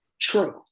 true